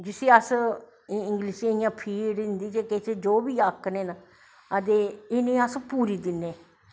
जिसी हिन्दू त फीट इंगलिश च जो बी आखनें न अदे इनेंगी अस पूरी दिन्नें